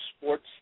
sports